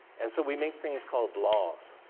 and so we make things called laws.